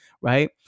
right